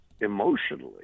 emotionally